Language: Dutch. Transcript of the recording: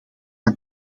van